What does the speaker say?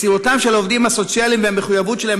מסירותם של העובדים הסוציאליים והמחויבות שלהם